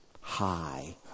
high